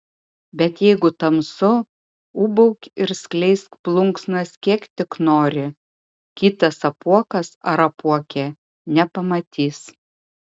bet jeigu tamsu ūbauk ir skleisk plunksnas kiek tik nori kitas apuokas ar apuokė nepamatys